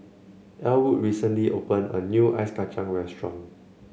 Ellwood recently opened a new Ice Kacang restaurant